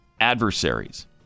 adversaries